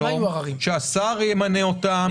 שהשר ימנה אותם.